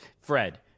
Fred